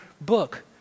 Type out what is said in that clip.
book